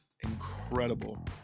incredible